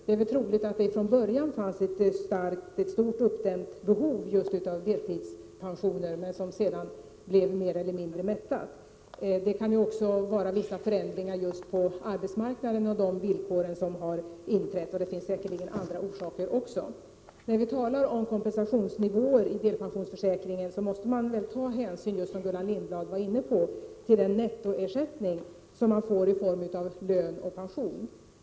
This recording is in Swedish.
Det är troligt att det från början fanns ett stort uppdämt behov av delpension, som sedan blev mer och mer mättat. Det kan också ha inträffat vissa förändringar av villkoren på arbetsmarknaden, och det finns andra orsaker också. När vi talar om kompensationsnivåer i delpensionsförsäkringen måste vi, som Gullan Lindblad var inne på, ta hänsyn till den nettoersättning som utgår i form av lön och pension.